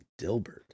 Dilbert